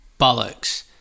bollocks